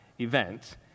event